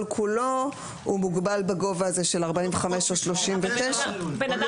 כולו מוגבל בגובה הזה של 45 או 39 סנטימטרים.